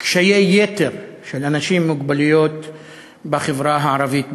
קשיי יתר של אנשים עם מוגבלויות בחברה הערבית בישראל.